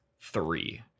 Three